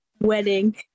wedding